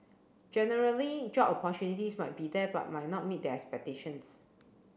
generally job opportunities might be there but might not meet their expectations